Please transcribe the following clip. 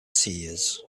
seers